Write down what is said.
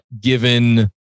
given